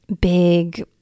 big